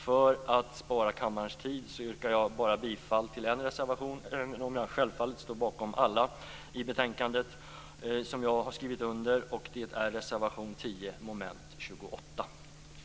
För att spara kammarens tid nöjer jag mig med att yrka bifall endast till reservation 10, avseende mom. 28, men självfallet står jag bakom alla reservationer som jag har undertecknat.